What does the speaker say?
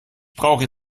brauche